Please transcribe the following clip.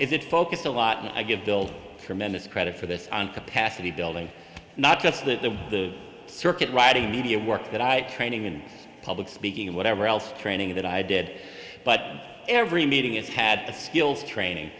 is it focused a lot and i give bill tremendous credit for this on capacity building not just the the circuit riding media work that i train in public speaking and whatever else training that i did but every meeting it's had the skills training